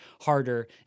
harder